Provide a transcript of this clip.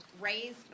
raised